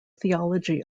theology